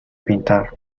pintar